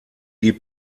die